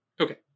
Okay